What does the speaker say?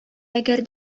әгәр